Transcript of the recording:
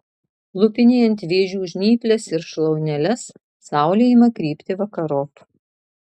lupinėjant vėžių žnyples ir šlauneles saulė ima krypti vakarop